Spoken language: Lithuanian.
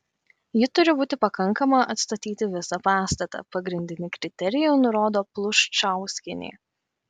ji turi būti pakankama atstatyti visą pastatą pagrindinį kriterijų nurodo pluščauskienė